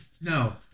No